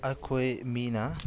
ꯑꯩꯈꯣꯏ ꯃꯤꯅ